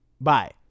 bye